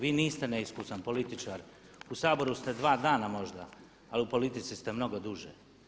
Vi niste neiskusan političar, u Saboru ste dva dana možda, ali u politici ste mnogo duže.